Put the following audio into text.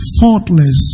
faultless